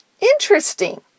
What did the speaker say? Interesting